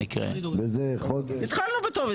התחלנו בטוב,